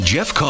Jeff